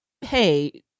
hey